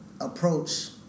approach